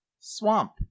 swamp